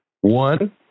One